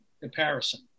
comparison